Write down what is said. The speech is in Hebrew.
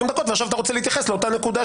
דקות ועכשיו אתה רוצה להתייחס לאותה הנקודה.